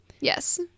Yes